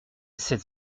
sept